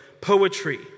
poetry